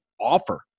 offer